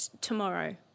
tomorrow